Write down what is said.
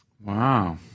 Wow